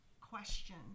question